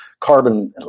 carbon